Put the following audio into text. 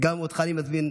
גם אותך אני מזמין,